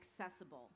accessible